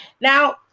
Now